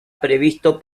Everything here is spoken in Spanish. previsto